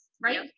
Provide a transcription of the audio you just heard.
right